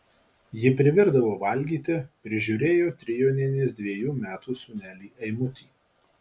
ji privirdavo valgyti prižiūrėjo trijonienės dvejų metų sūnelį eimutį